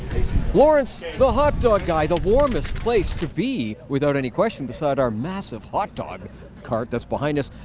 lawrence the hot dog guy, the warmest place to be without any question, beside our massive hot dog cart that's behind us.